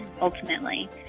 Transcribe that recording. ultimately